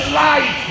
light